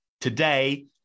Today